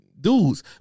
dudes